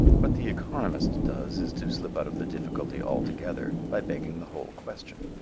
what the economist does is to slip out of the difficulty altogether by begging the whole question.